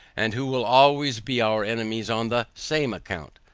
and who will always be our enemies on the same account.